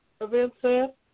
events